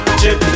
chip